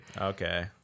Okay